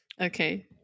okay